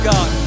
God